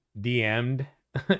DM'd